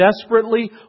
desperately